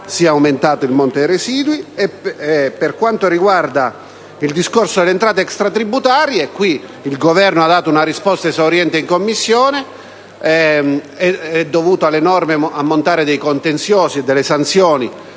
sia aumentato il monte residui. Per quanto riguarda il discorso delle entrate extratributarie, il Governo ha fornito una risposta esauriente in Commissione: è dovuto all'enorme ammontare dei contenziosi e delle sanzioni